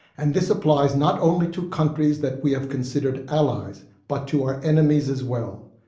and this applies not only to countries that we have considered allies, but to our enemies as well.